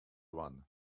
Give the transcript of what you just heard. one